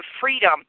freedom